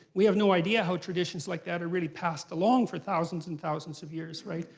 we have no idea how traditions like that are really passed along for thousands and thousands of years, right?